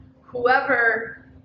whoever